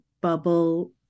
bubble